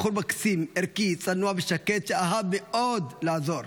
בחור מקסים, ערכי, צנוע ושקט, שאהב מאוד לעזור.